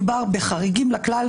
מדובר בחריגים לכלל,